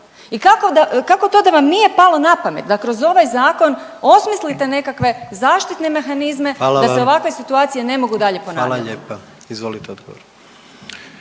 I kako to da vam nije palo na pamet da kroz ovaj zakon osmislite nekakve zaštitne mehanizme …/Upadica: Hvala vam./… da se ovakve situacije ne mogu dalje ponavljati. **Jandroković, Gordan